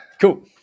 Cool